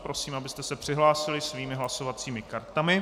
Prosím, abyste se přihlásili svými hlasovacími kartami.